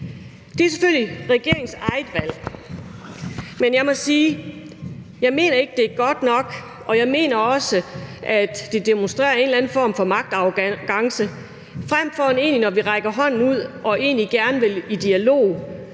Det er selvfølgelig regeringens eget valg, men jeg må sige, at jeg ikke mener, det er godt nok, og jeg mener også, at det demonstrerer en eller anden form for magtarrogance. Når vi rækker hånden ud og egentlig gerne vil i dialog,